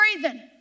breathing